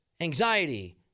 anxiety